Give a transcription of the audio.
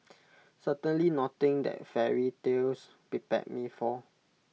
certainly nothing that fairy tales prepared me for